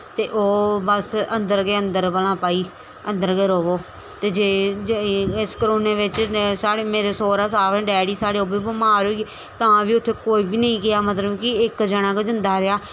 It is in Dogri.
ते ओह् बस अंदर गै अंदर भला अंदरर गै रवो जे इस करोने बिच्च मेरे सोह्रा साह्ब डैड़ी ओह् बी बमार होई गे तां बी उत्थै कोई बी नेईं गेआ मतलब कि इक जना गै जंदा रेहा